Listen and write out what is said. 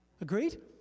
Agreed